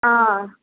हा